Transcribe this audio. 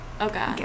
okay